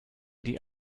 die